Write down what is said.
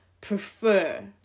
prefer